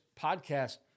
podcast